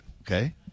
okay